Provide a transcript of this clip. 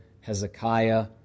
Hezekiah